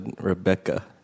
Rebecca